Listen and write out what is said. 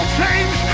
change